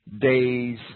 day's